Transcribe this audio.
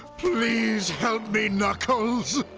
please help me, knuckles.